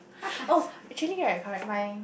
oh actually right correct my